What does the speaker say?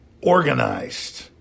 organized